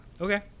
Okay